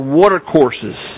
watercourses